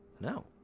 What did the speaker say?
no